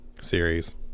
series